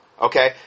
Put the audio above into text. okay